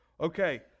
okay